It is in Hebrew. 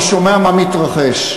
אני שומע מה מתרחש.